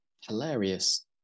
hilarious